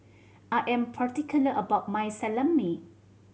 I am particular about my Salami